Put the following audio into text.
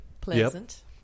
Pleasant